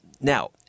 Now